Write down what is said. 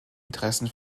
interessen